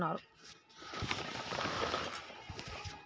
మా సుట్టాలు unsecured loan వడ్డీ బాగా కడుతున్నామని సాన బాదపడుతున్నారు